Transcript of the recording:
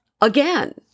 Again